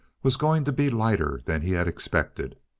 was going to be lighter than he had expected.